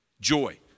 joy